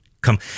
come